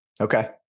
Okay